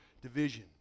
division